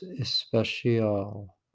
especial